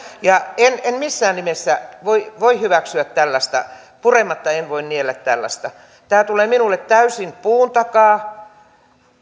ja en en missään nimessä voi voi hyväksyä tällaista purematta en voi niellä tällaista tämä tulee minulle täysin puun takaa